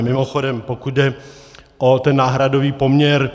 Mimochodem, pokud jde o ten náhradový poměr.